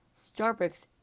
Starbucks